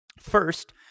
First